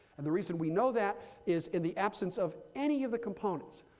and the reason we know that is in the absence of any of the components,